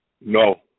No